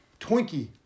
Twinkie